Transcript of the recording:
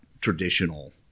traditional